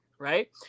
Right